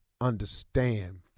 understand